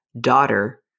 daughter